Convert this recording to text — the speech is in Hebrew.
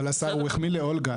אבל, השר, הוא החמיא לאולגה.